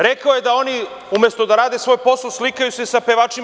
Rekao da je da oni umesto da rade svoj posao slikaju se sa pevačima.